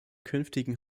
künftigen